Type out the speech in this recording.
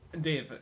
Dave